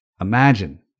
imagine